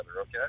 okay